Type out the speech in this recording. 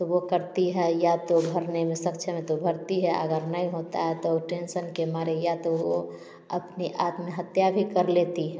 तो वो करती है या तो भरने में सक्षम है तो भर्ती है अगर नय होता है तो टेंसन के मारे या तो वो अपनी आत्महत्या कर लेती है